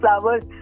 flowers